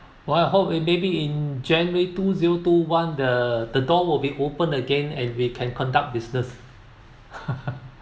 well I hope in may be in january two zero two one the the door will be open again and we can conduct business